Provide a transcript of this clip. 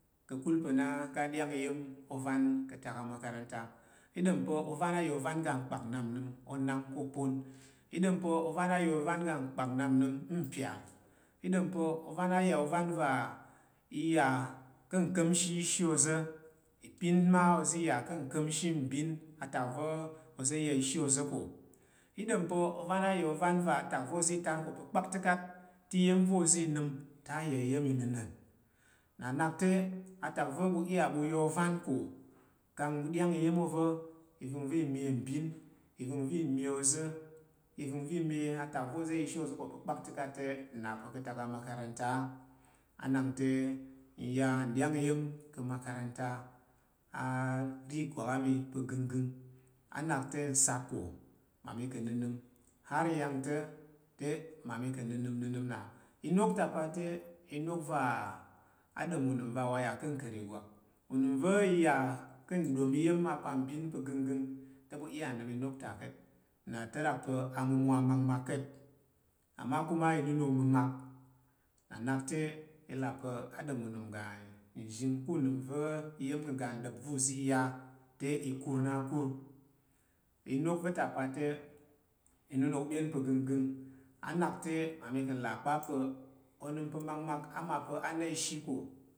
Ka̱kul pa̱ n’a n ga n’ ɗy’ang iya̱n ovan katak amakaranta, i ɗom pa̱ ovan a ya ovan ga nkpak nnap nom onana ka̱ opon. I ɗom pa̱ ovan a’ y’a ovan ga, nkpak nnap nam mpyal. I ɗom pa̱ ovan a’ ya’ ovan va̱ i ya ka̱ nkamshi ishi oza, ipin ma, ozi ya ka̱ nkamshi mbin atak va̱ oza̱ ya ishi oza̱ k’o ɪ ɗo. m pa̱ ovan a’ ya ovan va atak va̱ ozi tar ko pa̱ kpakta kat te iya̱n va̱ ozi nam te a’ ya iya̱n inanan. inna nakte atak va̱ ɓu iya ɓu ya ovan ka, kana̱ i oza̱ ivangva̱ i nye atak va̱ oza̱ ya ishi oza̱ ka’ pa̱ kpaktəkat te, nn’a pa̱ ka̱tak. Amakaranta a. A nak te n ya nɗyang iya̱n ka̱ makaranta a ri- igwak a mi pa̱ ganggang. A nak te n sat ko mmami ka̱’ nnənəm, ghar nyangta̱ te mmami ka̱’ nənəm- nənəm na’. Inok ta pa̱ te inok va a’ aɓm nna’ ta rak pa̱ amumwa makmak ka̱t amma kuma inunok məmak. Nna nak te l’a pa̱ a’ ɗom unan nzhing ku nam va̱ iya̱n ga ɗep va̱ uzi ya te, kur na kur. Ɪnok va̱ ta pa̱ te, inunok ɓyen pa̱ ganggang, a nak te mmami ka̱ la kpa’ pa̱ onam pa̱ makmak ma pa̱ a na ishi ko.